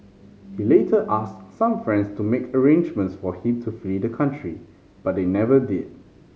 he later asked some friends to make arrangements for him to flee the country but they never did